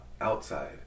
outside